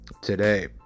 today